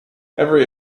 every